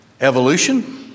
Evolution